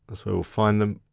so we'll find them